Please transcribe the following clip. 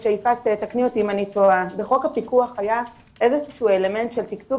ותקנו אותי אם אני טועה בחוק הפיקוח היה איזשהו אלמנט של תקצוב